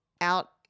out